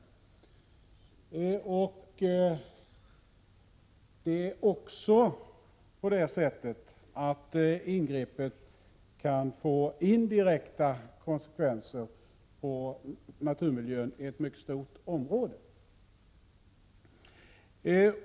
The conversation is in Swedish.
Det kan indirekt också få konsekvenser på naturmiljön i ett mycket stort område.